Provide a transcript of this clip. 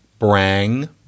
brang